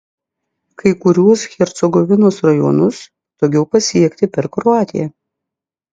kai kuriuos hercegovinos rajonus patogiau pasiekti per kroatiją